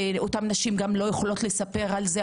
ואותן נשים לא יכולות לספר על זה,